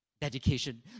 dedication